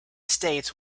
states